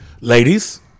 Ladies